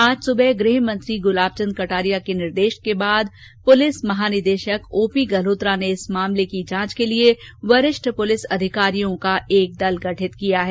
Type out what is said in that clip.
आज सुबह गृहमंत्री गुलाब चंद कटारिया के निर्देश के बाद महानिदेशक पुलिस ओपी गल्होत्रा ने इस मामले की जांच के लिए वरिष्ठ पुलिस अधिकारियों का एक दल गठित किया है